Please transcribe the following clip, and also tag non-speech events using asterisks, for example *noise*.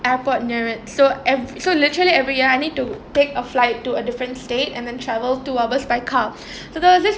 airport near it so ever~ so literally every year I need to take a flight to a different state and then traveled two hours by car *breath* so there was this